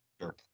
Sure